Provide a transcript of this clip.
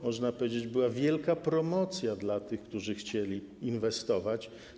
Można powiedzieć, że była to wielka promocja dla tych, którzy chcieli inwestować.